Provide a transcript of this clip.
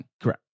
Correct